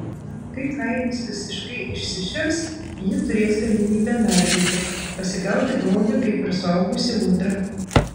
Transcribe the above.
kai kailis visiškai išsišers ji turės galimybę nardyti pasigauti grobį kaip ir suaugusi ūdra